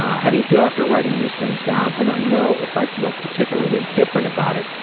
how do you feel after writing these things down? i don't know if i feel particularly different about it,